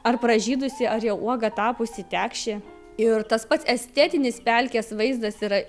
ar pražydusi ar jau uoga tapusi tekšė ir tas pats estetinis pelkės vaizdas yra